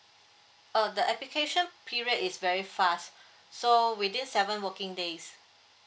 uh the application period is very fast so within seven working days